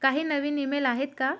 काही नवीन इमेल आहेत का